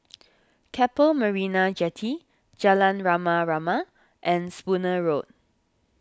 Keppel Marina Jetty Jalan Rama Rama and Spooner Road